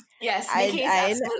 yes